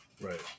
right